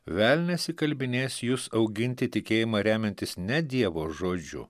velnias įkalbinės jus auginti tikėjimą remiantis ne dievo žodžiu